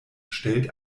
stellt